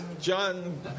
John